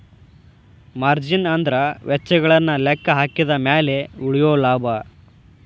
margin ಅಂದ್ರ ವೆಚ್ಚಗಳನ್ನ ಲೆಕ್ಕಹಾಕಿದ ಮ್ಯಾಲೆ ಉಳಿಯೊ ಲಾಭ